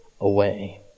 away